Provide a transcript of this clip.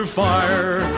fire